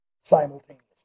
simultaneously